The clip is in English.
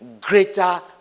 greater